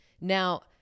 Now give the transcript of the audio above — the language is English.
Now